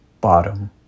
bottom